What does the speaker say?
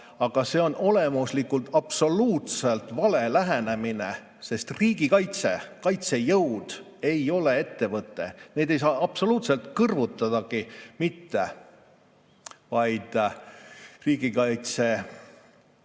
Aga see on olemuslikult absoluutselt vale lähenemine, sest riigikaitse, kaitsejõud ei ole ettevõte. Neid ei saa absoluutselt kõrvutadagi mitte. Riigikaitse